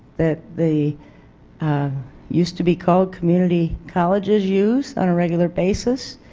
that the used to be called community colleges use on a regular basis,